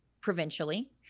provincially